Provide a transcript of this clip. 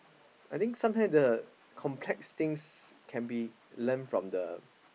I think sometime the complex things can be learn from the